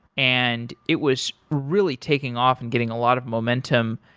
and it was really taking off and getting a lot of momentum.